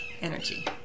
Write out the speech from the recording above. energy